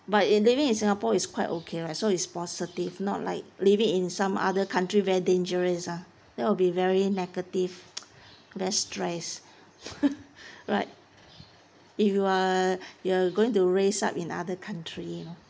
but in living in singapore is quite okay right so it's positive not like living in some other country very dangerous ah that will be very negative very stress right if you are you are going to raise up in other country you know